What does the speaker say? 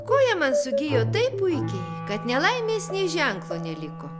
koja man sugijo taip puikiai kad nelaimės nė ženklo neliko